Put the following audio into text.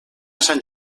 sant